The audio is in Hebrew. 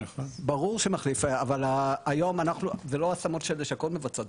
ברור שמחליף אבל היום זה לא השמות שהלשכות מבצעות,